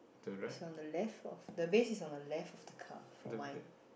is on the left of the base is on the left of the car for mine